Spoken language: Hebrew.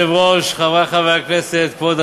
כבוד היושב-ראש, חברי חברי הכנסת,